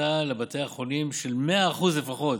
הכנסה לבתי החולים של 100% לפחות